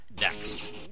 next